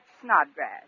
Snodgrass